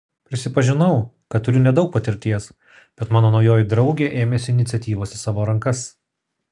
prisipažinau kad turiu nedaug patirties bet mano naujoji draugė ėmėsi iniciatyvos į savo rankas